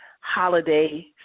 holiday